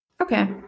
Okay